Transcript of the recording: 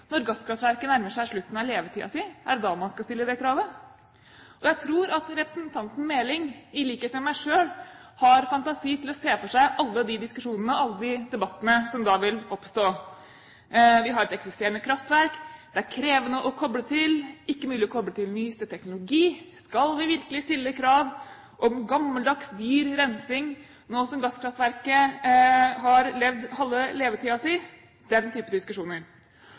Når gasskraftverket nærmer seg slutten på levetiden sin, er det da man skal stille det kravet? Jeg tror at representanten Meling, i likhet med meg selv, har fantasi til å se for seg alle de diskusjonene – alle de debattene – som da vil oppstå. Vi har et eksisterende kraftverk, det er krevende å koble til, ikke mulig å koble til nyeste teknologi. Skal vi virkelig stille krav om gammeldags, dyr rensing nå som gasskraftverket har levd halve levetiden sin? Det er den typen diskusjoner.